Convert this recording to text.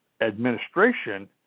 Administration